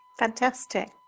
Fantastic